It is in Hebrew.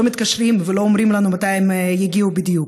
לא מתקשרים ולא אומרים לנו מתי הם יגיעו בדיוק.